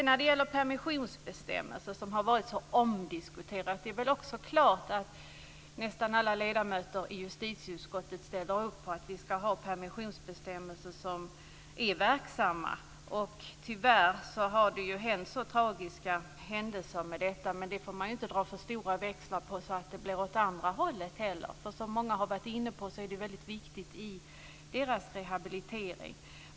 När det gäller de så omdiskuterade permissionsbestämmelserna är det klart att nästan alla ledamöter i justitieutskottet ställer upp på att vi ska ha permissionsbestämmelser som är verksamma. Tyvärr har det ju inträffat så tragiska händelser i samband med permissioner, men det får man inte dra så stora växlar på så att det blir för mycket åt det andra hållet. Som många har varit inne på är permissionerna viktiga för rehabiliteringen.